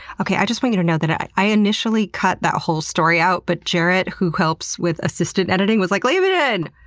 i just want you to know that i i initially cut that whole story out, but jarrett, who helps with assistant editing, was like, leave it in!